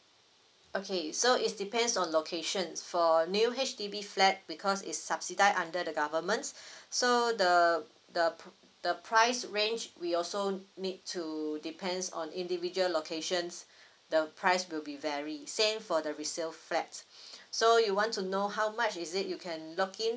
okay so is depends on location for new H_D_B flat because it's subsidised under the government so the the p~ the price range we also need to depends on individual locations the price will be varied same for the resale flat so you want to know how much is it you can look in